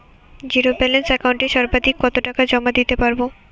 Zero balance একাউন্টে সর্বাধিক কত টাকা জমা দিতে পারব?